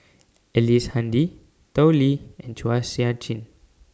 Ellice Handy Tao Li and Chua Sian Chin